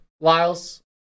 Lyles